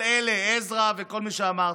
לכל אלה, עזרא וכל מי שאמרתם: